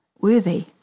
worthy